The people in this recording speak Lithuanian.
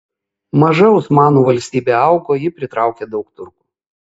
maža osmanų valstybė augo ji pritraukė daug turkų